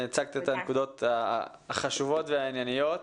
הצגת את הנקודות החשובות והענייניות.